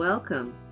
Welcome